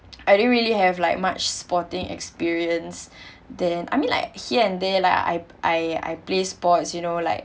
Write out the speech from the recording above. I didn't really have like much sporting experience then I mean like here and there lah I I I play sports you know like